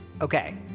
Okay